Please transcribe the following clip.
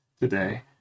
today